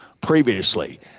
previously